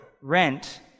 rent